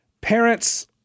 Parents